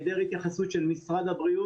האם בכל זאת תקיימו את התשעה ימים?